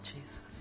Jesus